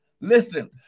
Listen